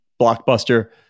blockbuster